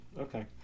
okay